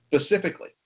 specifically